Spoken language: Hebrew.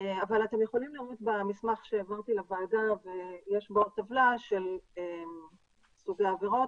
אבל אפשר לראות במסמך שהעברתי לוועדה טבלה שיש בה את סוגי העבירות.